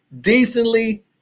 decently